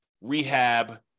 rehab